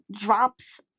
drops